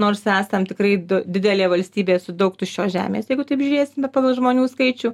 nors esam tikrai didelė valstybė su daug tuščios žemės jeigu taip žiūrėsime pagal žmonių skaičių